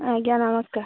ଆଜ୍ଞା ନମସ୍କାର